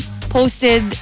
posted